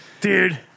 Dude